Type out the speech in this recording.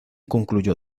concluyó